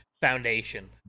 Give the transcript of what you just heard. foundation